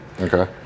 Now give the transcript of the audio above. Okay